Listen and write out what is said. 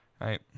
right